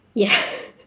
ya